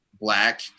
black